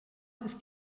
ist